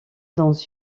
dans